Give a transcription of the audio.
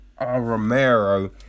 Romero